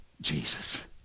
Jesus